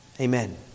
Amen